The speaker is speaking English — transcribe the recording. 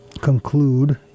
conclude